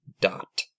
dot